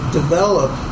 develop